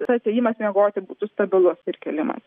tas ėjimas miegoti būtų stabilus ir kėlimas